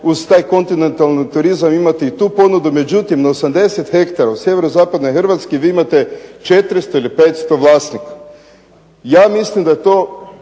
uz taj kontinentalni turizam imati i tu ponudu. Međutim, na 80 hektara u sjeverozapadnoj Hrvatskoj vi imate 400 ili 500 vlasnika. Ja mislim da je to